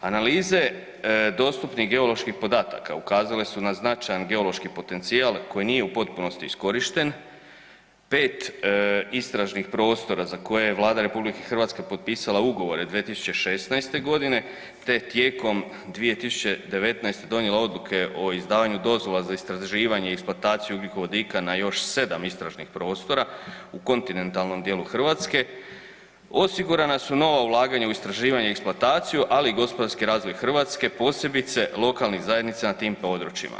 Analize dostupnih geoloških podataka ukazale su na značajan geološki potencijal koji nije u potpunosti iskorišten, 5 istražnih prostora za koje je Vlada RH potpisala ugovore 2016. g. te tijekom 2019. donijela odluke o izdavanju dozvola za istraživanje i eksploataciju ugljikovodika na još 7 istražnih prostora u kontinentalnom dijelu Hrvatske, osigurana su nova ulaganja u istraživanje i eksploataciju, ali i gospodarski razvoj Hrvatske, posebice lokalnih zajednica na tim područjima.